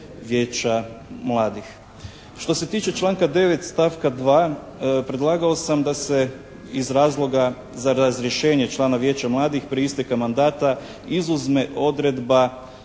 Vijeća mladih. Što se tiče članka 9. stavka 2. predlagao sam da se iz razloga za razrješenje člana Vijeća mladih prije isteka mandata izuzme odredba